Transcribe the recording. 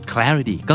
Clarity